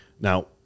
Now